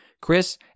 chris